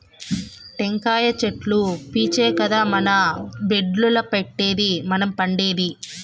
టెంకాయ చెట్లు పీచే కదా మన బెడ్డుల్ల పెట్టేది మనం పండేది